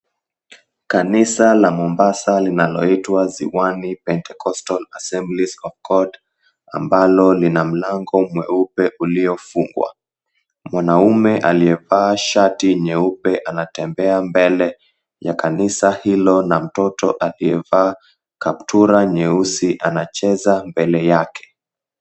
Kanisa la Mombasa linaloitwa, Ziwani Pentecostal Assemblies of God ambalo lina mlango mweupe uliofungwa. Mwanaume aliyevaa shati nyeupe anatembea mbele ya kanisa hilo na mtoto amevaa kaptura nyeusi anacheza mbele yake.